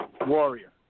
warrior